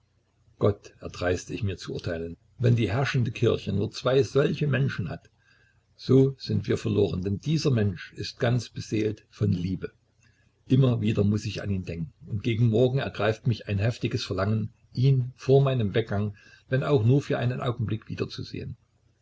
gott erdreiste ich mich zu urteilen wenn die herrschende kirche nur zwei solche menschen hat so sind wir verloren denn dieser mensch ist ganz beseelt von liebe immer wieder muß ich an ihn denken und gegen morgen ergreift mich ein heftiges verlangen ihn vor meinem weggang wenn auch nur für einen augenblick wiederzusehen